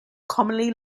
commonly